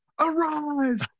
arise